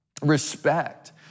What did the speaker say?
respect